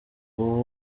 ubu